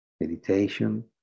meditation